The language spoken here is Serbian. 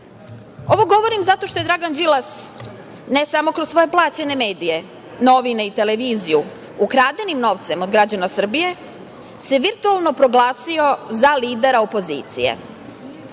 govorim zato što je Dragan Đilas ne samo kroz svoje plaćene medije, novine i televiziju, ukradenim novcem od građana Srbije se virtuelno proglasio za lidera opozicije.